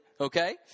Okay